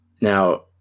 Now